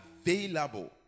available